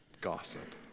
gossip